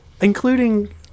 including